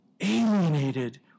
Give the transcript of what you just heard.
alienated